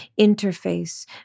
interface